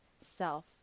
self